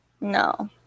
No